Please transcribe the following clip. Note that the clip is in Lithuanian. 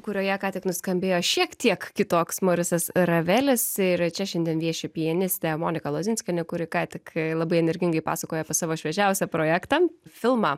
kurioje ką tik nuskambėjo šiek tiek kitoks morisas ravelis ir čia šiandien vieši pianistė monika lozinskienė kuri ką tik labai energingai pasakojo savo šviežiausią projektą filmą